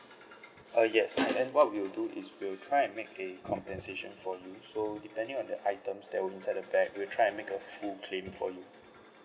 uh yes and then what we'll do is we'll try and make a compensation for you so depending on the items that were inside the bag we'll try and make a full claim for you